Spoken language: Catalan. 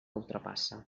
ultrapassa